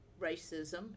racism